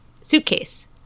suitcase